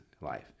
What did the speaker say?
life